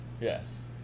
Yes